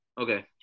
Okay